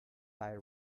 thy